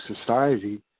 society